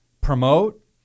promote